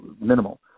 minimal